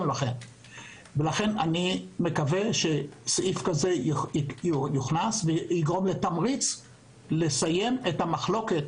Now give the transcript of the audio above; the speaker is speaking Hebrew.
אני מקווה שסעיף שכזה יוכנס ויגרום לתמריץ לסיים את המחלוקת